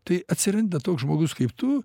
tai atsiranda toks žmogus kaip tu